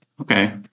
Okay